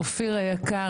אופיר היקר.